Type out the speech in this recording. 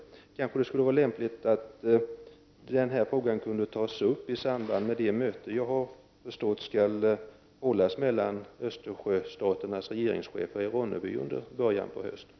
Det kanske skulle vara lämpligt att frågan togs upp i samband med det möte som jag har förstått skall hållas mellan Östersjöstaternas regeringschefer i Ronneby i början av hösten.